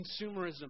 consumerism